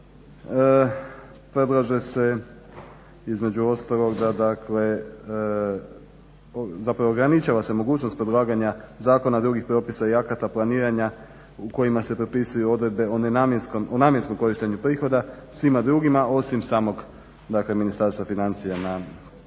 predlaže se između ostaloga dakle, zapravo ograničava se mogućnost predlaganja zakona, drugih propisa i akata, planiranja u kojima se propisuju odredbe o namjenskom korištenju prihoda svima drugima osim samog dakle Ministarstvo financija na